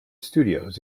studios